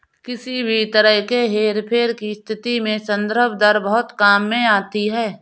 किसी भी तरह के हेरफेर की स्थिति में संदर्भ दर बहुत काम में आती है